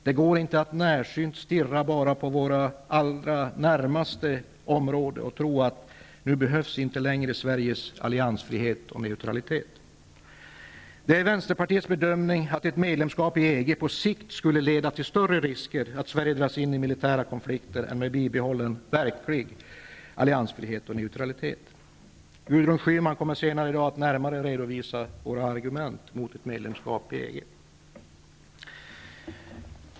Det går inte att närsynt stirra bara på vårt allra närmaste område och tro att Sveriges alliansfrihet och neutralitet nu inte längre behövs. Det är vänsterpartiets bedömning att ett medlemskap i EG på sikt skulle leda till större risker för att Sverige dras in i militära konflikter än med bibehålen verklig alliansfrihet och neutralitet. Gudrun Schyman kommer senare i dag att närmare redovisa våra argument mot ett medlemskap i EG.